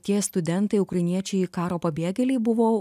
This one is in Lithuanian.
tie studentai ukrainiečiai karo pabėgėliai buvo